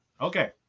Okay